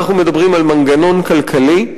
אנחנו מדברים על מנגנון כלכלי,